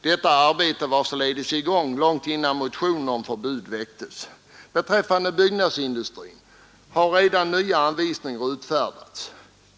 Detta arbete var således i gång långt innan motionen om förbud väcktes. Beträffande byggnadsindustrin har redan nya anvisningar utfärdats.